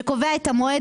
המועד